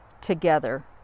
together